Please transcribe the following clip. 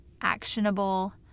actionable